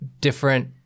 different